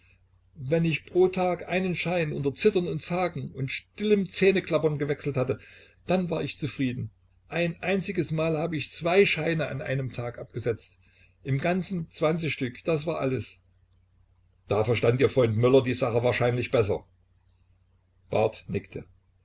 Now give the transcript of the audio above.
wenn ich pro tag einen schein unter zittern und zagen und stillem zähneklappern gewechselt hatte dann war ich zufrieden ein einziges mal habe ich zwei scheine an einem tag abgesetzt im ganzen stück das war alles da verstand ihr freund möller sache wahrscheinlich besser barth nickte